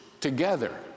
together